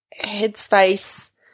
headspace